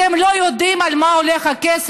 אתם לא יודעים על מה הולך הכסף.